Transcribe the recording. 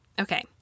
Okay